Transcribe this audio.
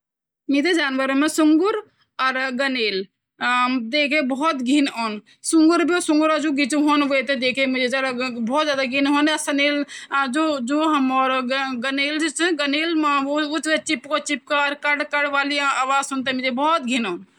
तोता बारा माँ बोलोंङ की जो जो चिडियू पक्छिया चीन पक्छिया, पक्छियो में सबसे बुद्धिमान पक्छी ची बल और वो तोता जन हम भूल लगया जो जो हम बुन वही तोता भी बुन जन हम बोलला राम राम तोह तोता भी राम राम ब्वन और मिर्ची खान वो बहुत मिर्ची खान वे ते हम जती मिर्ची खिलूंद